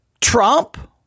Trump